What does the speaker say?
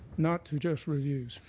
not to just reviews.